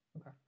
Okay